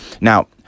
Now